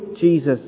Jesus